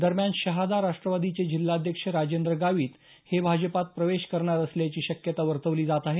दरम्यान शहादा राष्ट्रवादीचे जिल्हाध्यक्ष राजेंद्र गावित हे भाजपात प्रवेश करणार असल्याची शक्यता वर्तवली जात आहे